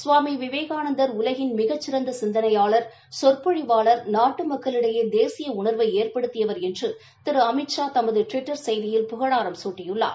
சுவாமி விவேகானந்தர் உலகின் மிக சிறந்த சிந்தனையாளர் சொற்பொழிவாளர் நாட்டு மக்களிடையே தேசிய உண்வை ஏற்படுத்தியவா் என்று திரு அமித்ஷா தமது டுவிட்டா் செய்தியில் புகழாரம் சூட்டியுள்ளார்